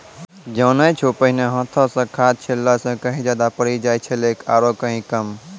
जानै छौ पहिने हाथों स खाद छिड़ला स कहीं ज्यादा पड़ी जाय छेलै आरो कहीं कम